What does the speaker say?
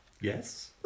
yes